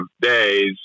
days